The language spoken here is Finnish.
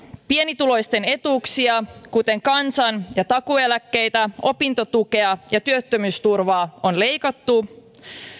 pienituloisten etuuksia kuten kansan ja takuueläkkeitä opintotukea ja työttömyysturvaa on leikattu